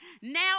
Now